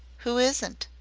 who isn't?